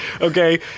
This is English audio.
Okay